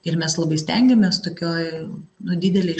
ir mes labai stengiamės tokioje nu didelėj